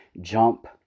Jump